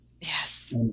yes